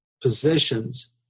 positions